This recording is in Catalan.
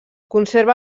conserva